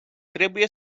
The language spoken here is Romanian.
trebuie